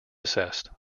assessed